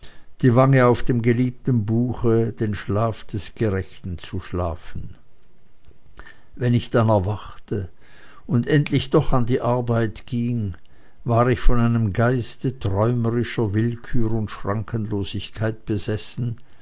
die wange auf dem geliebten buche den schlaf des gerechten zu schlafen wenn ich dann erwachte und endlich doch an die arbeit ging war ich von einem geiste träumerischer willkür und schrankenlosigkeit besessen